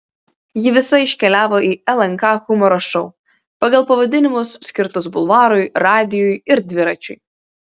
ji visa iškeliavo į lnk humoro šou pagal pavadinimus skirtus bulvarui radijui ir dviračiui